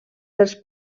dels